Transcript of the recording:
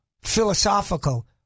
philosophical